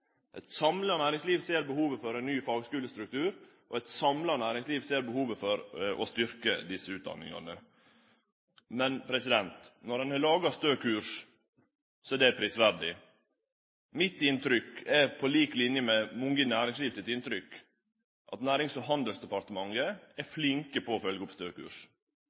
Eit samla næringsliv ser behovet for ein ny fagskulestruktur, og eit samla næringsliv ser behovet for å styrkje desse utdanningane. Men når ein har laga Stø kurs, er det prisverdig. Eg har det inntrykket, på lik linje med mange i næringslivet, at dei i Nærings- og handelsdepartementet er flinke på å følgje opp